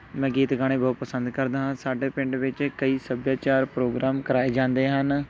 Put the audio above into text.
ਮੈਂ ਗੀਤ ਗਾਉਣੇ ਬਹੁਤ ਪਸੰਦ ਕਰਦਾ ਹਾਂ ਸਾਡੇ ਪਿੰਡ ਵਿੱਚ ਕਈ ਸੱਭਿਆਚਾਰ ਪ੍ਰੋਗਰਾਮ ਕਰਵਾਏ ਜਾਂਦੇ ਹਨ